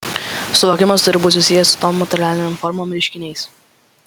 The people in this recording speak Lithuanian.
suvokimas turi būti susijęs su tom materialinėm formom reiškiniais